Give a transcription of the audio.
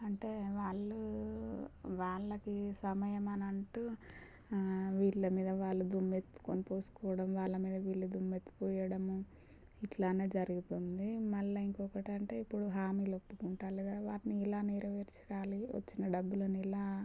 అంటే వాళ్ళూ వాళ్ళకి సమన్వయం అంటూ వీళ్ళ మీద వాళ్ళు దుమ్మెత్తుకోని పోసుకోవడం వాళ్ళ మీద వీళ్ళు దుమ్మెత్తి పోయడము ఇలానే జరుగుతుంది మళ్ళీ ఇంకొకటంటే ఇప్పుడు హామీలు ఒప్పుకుంటారు కదా వాటిని ఇలా నెరవేర్చాలి వచ్చిన డబ్బులని ఇలా